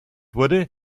wurde